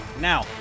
Now